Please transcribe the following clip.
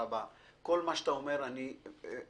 כל מה שאתה אומר אני מבין,